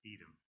Edom